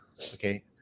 okay